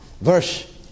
verse